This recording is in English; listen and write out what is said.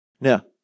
Now